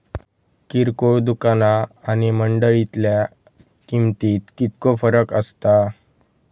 किरकोळ दुकाना आणि मंडळीतल्या किमतीत कितको फरक असता?